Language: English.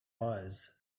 eyes